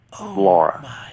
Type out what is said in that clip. Laura